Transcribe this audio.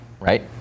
right